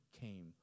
came